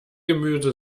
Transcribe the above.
gemüse